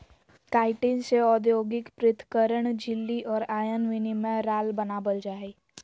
chitin से औद्योगिक पृथक्करण झिल्ली और आयन विनिमय राल बनाबल जा हइ